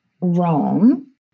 Rome